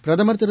பிரதமர் திரு